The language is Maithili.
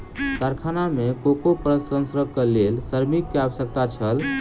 कारखाना में कोको प्रसंस्करणक लेल श्रमिक के आवश्यकता छल